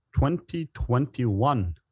2021